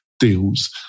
Deals